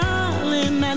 Darling